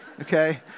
okay